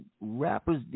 Rappers